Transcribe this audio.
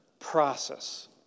process